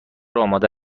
آماده